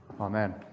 Amen